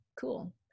cool